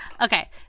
Okay